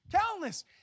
Countless